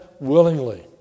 willingly